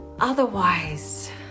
Otherwise